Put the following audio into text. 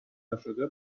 نشده